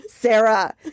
Sarah